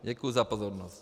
Děkuju za pozornost.